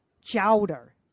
chowder